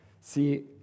See